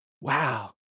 Wow